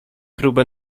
próbę